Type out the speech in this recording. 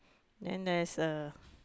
then there's a